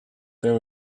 there